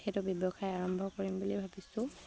সেইটো ব্যৱসায় আৰম্ভ কৰিম বুলি ভাবিছোঁ